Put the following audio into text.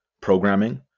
programming